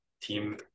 team